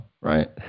right